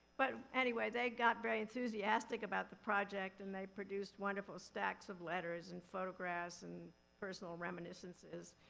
but anyway, they got very enthusiastic about the project and they produced wonderful stacks of letters and photographs and personal reminiscences.